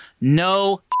No